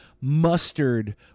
mustard